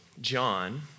John